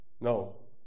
No